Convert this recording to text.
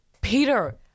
Peter